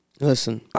Listen